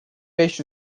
beş